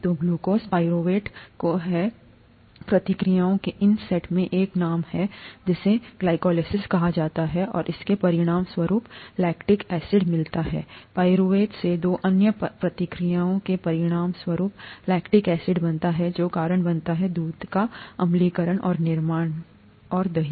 तो glucose pyruvate को है प्रतिक्रियाओं के इन सेट में एक नाम है जिसे ग्लाइकोलाइसिस कहा जाता है और इसके परिणामस्वरूप लैक्टिक एसिड मिलता है पाइरूवेट से दो अन्य प्रतिक्रियाओं के परिणामस्वरूप लैक्टिक एसिड बनता है जो कारण बनता है दूध का अम्लीकरण और निर्माण और दही